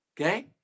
Okay